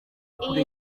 kure